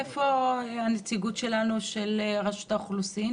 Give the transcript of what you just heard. איפה הנציגות של רשות האוכלוסין?